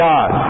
God